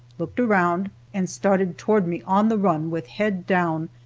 looked around and started toward me on the run with head down,